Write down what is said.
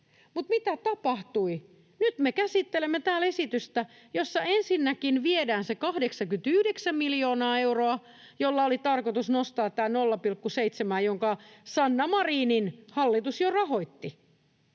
Mutta mitä tapahtui? Nyt me käsittelemme täällä esitystä, jossa ensinnäkin viedään se 89 miljoonaa euroa, jolla oli tarkoitus nostaa 0,7:een, jonka Sanna Marinin hallitus jo rahoitti.